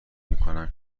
میکنم